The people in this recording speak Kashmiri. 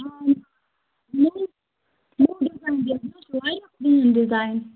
نوٚو نوٚو ڈِزایٕن ہٲیِو یہِ چھُ واریاہ پرون ڈِزایِن